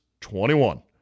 21